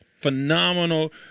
Phenomenal